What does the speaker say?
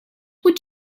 would